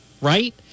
right